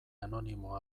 anonimo